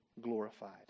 glorified